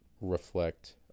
reflect